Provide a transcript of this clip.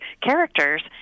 characters